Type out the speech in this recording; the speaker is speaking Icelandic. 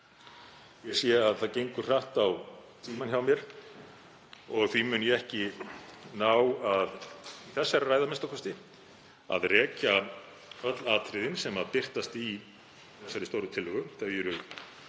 Ég sé að það gengur hratt á tímann hjá mér og því mun ég ekki ná í þessari ræðu a.m.k. að rekja öll atriðin sem birtast í þessari stóru tillögu.